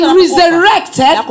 resurrected